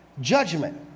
judgment